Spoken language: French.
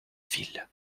ville